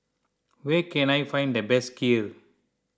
where can I find the best Kheer